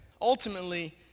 ultimately